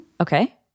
Okay